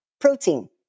protein